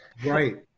right,